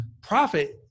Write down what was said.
Profit